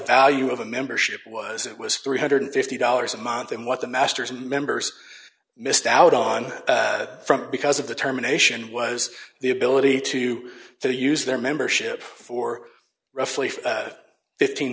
value of a membership was it was three hundred and fifty dollars a month and what the masters and members missed out on from because of the terminations was the ability to to use their membership for roughly for fifteen